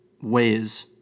ways